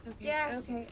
yes